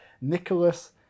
nicholas